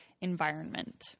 environment